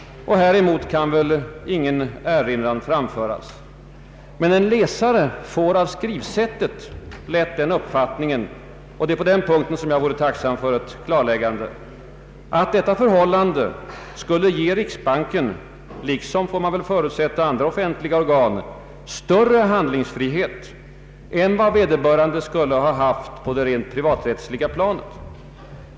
Häremot kan väl ingen erinran framföras. En läsare får emellertid av skrivsättet lätt den uppfattningen — och det är på denna punkt jag vore tacksam för ett klarläggande — att detta förhållande skulle ge riksbanken, liksom — får man väl förutsätta — andra offentliga organ, större handlingsfrihet än vad vederbörande skulle ha haft på det rent privaträttsliga planet.